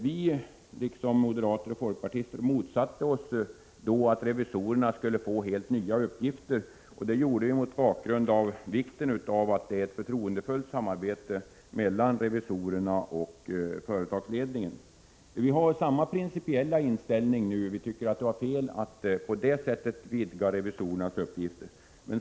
Vi, liksom moderater och folkpartister, motsatte oss då att revisorerna skulle få helt nya uppgifter, och det gjorde vi mot bakgrund av vikten av att det råder ett förtroendefullt samarbete mellan revisorerna och företagsledningen. Vi har samma principiella inställning nu. Vi tycker det var fel att på det sättet vidga revisorernas uppgifter.